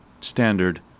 Standard